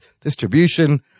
distribution